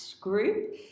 Group